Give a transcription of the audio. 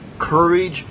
courage